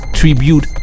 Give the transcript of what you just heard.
Tribute